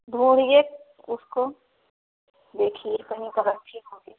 ढूँढिए उसको देखिए कहीं पर रखी होगी